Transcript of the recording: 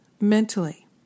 mentally